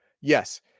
Yes